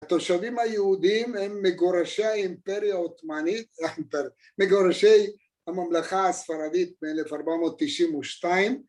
התושבים היהודים הם מגורשי האימפריה העותמאנית, מגורשי הממלכה הספרדית ב-1492